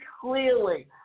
clearly